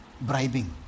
bribing